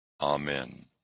Amen